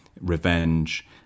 revenge